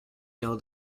know